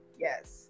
Yes